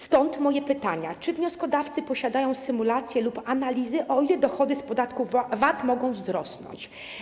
Stąd moje pytania: Czy wnioskodawcy posiadają symulację lub analizy, o ile dochody z podatku VAT mogą wzrosnąć?